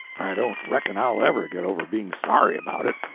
i don't reckon i'll ever get over being sorry about it.